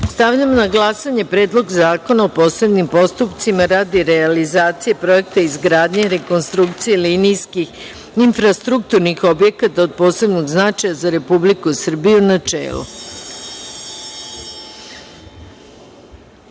zakona. Stavljam na glasanje Predlog zakona o posebnim postupcima radi realizacije projekta radi izgradnje i rekonstrukcije linijskih infrastrukturnih objekata od posebnog značaja za Republiku Srbiju, u